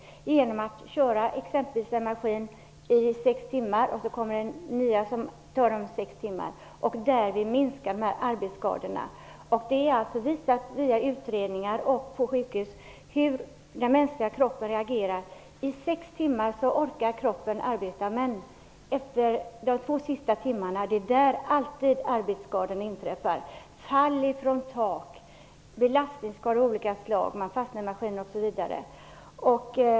En person kan köra maskinen i sex timmar, och sedan kan man låta en annan köra den i ytterligare sex timmar. På så sätt minskar arbetsskadorna. Det är visat genom utredningar och på sjukhus hur den mänskliga kroppen reagerar. I sex timmar orkar kroppen arbeta. Det är alltid under arbetsdagens sista två timmar som arbetsskador inträffar - fall från tak, belastningsskador av olika slag, man fastnar i en maskin, osv.